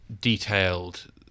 detailed